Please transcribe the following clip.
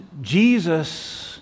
Jesus